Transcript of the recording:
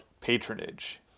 patronage